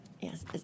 yes